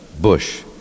Bush